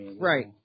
Right